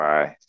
Bye